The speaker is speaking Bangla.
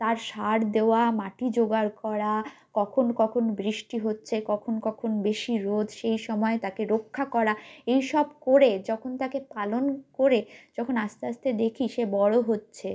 তার সার দেওয়া মাটি জোগাড় করা কখন কখন বৃষ্টি হচ্ছে কখন কখন বেশি রোদ সেই সময় তাকে রক্ষা করা এই সব করে যখন তাকে পালন করে যখন আস্তে আস্তে দেখি সে বড় হচ্ছে